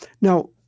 Now